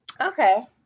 Okay